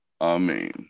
Amen